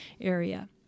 area